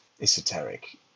esoteric